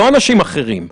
לא אנשים אחרים.